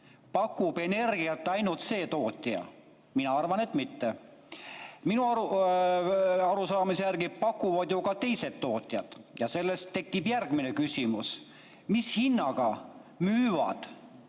pakub energiat ainult see tootja? Mina arvan, et mitte. Minu arusaamise järgi pakuvad ju ka teised tootjad. Ja sellest tekib järgmine küsimus. Mis hinnaga müüvad